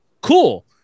Cool